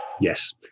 yes